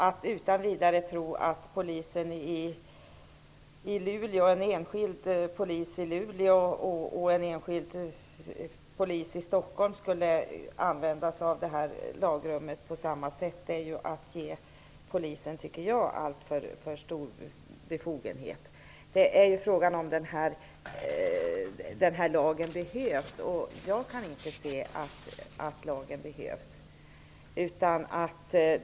Att utan vidare tro att en enskild polis i Luleå och en enskild polis i Stockholm skulle använda det här lagrummet på samma sätt, tycker jag är att ge Polisen alltför stor befogenhet. Frågan är ju om det lagrummet behövs. Jag kan inte se att det behövs.